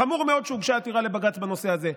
חמור מאוד שהוגשה עתירה לבג"ץ בנושא הזה,